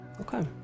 okay